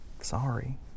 sorry